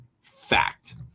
fact